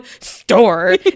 store